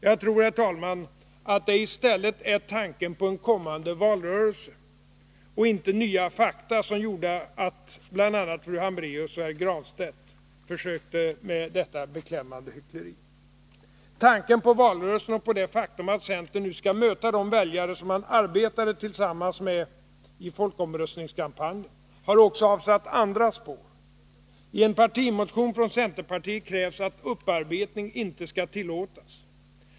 Jag tror, herr talman, att det i stället var tanken på en kommande valrörelse — och inte nya fakta — som gjorde att bl.a. fru Hambraeus och herr Granstedt försökte med detta beklämmande hyckleri. Tanken på valrörelsen och på det faktum, att centern nu skall möta de väljare som man arbetade tillsammans med i folkomröstningskampanjen har också avsatt andra spår. I en partimotion från centerpartiet krävs att upparbetning inte skall tillåtas.